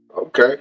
Okay